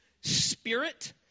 spirit